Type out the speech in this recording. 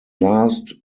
last